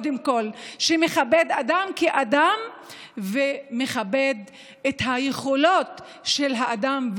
שמכבד אדם כאדם ומכבד את היכולות של האדם,